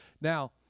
Now